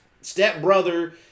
stepbrother